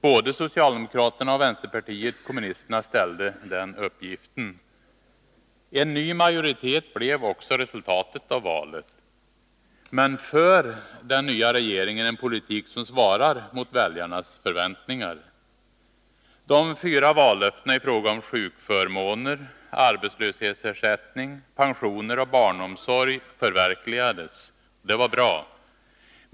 Både socialdemokraterna och vänsterpartiet kommunisterna ställde den uppgiften. En ny majoritet blev också resultatet av valet. Men för den nya regeringen en politik som svarar mot väljarnas förväntningar? De fyra vallöftena i fråga om sjukförmåner, arbetslöshetsersättning, pensioner och barnomsorg förverkligades. Det var bra.